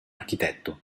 architetto